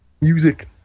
music